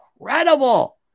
incredible